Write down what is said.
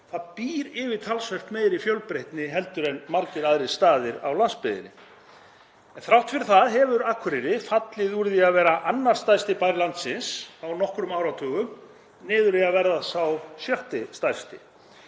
býr yfir talsvert meiri fjölbreytni heldur en margir aðrir staðir á landsbyggðinni. En þrátt fyrir það hefur Akureyri fallið úr því að vera annar stærsti bær landsins á nokkrum áratugum niður í að verða sá sjötti stærsti